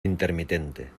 intermitente